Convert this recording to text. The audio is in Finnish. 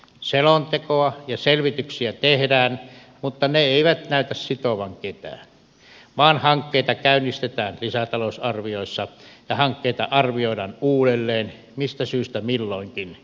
selontekoja ja selvityksiä tehdään mutta ne eivät näytä sitovan ketään vaan hankkeita käynnistetään lisätalousarvioissa ja hankkeita arvioidaan uudelleen mistä syystä milloinkin